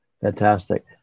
Fantastic